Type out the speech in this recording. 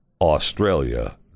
Australia